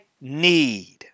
need